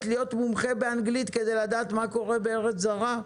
להיות מומחה באנגלית כדי לדעת מה קורה בארץ זרה?